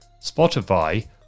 Spotify